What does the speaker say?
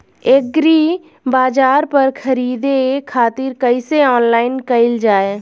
एग्रीबाजार पर खरीदे खातिर कइसे ऑनलाइन कइल जाए?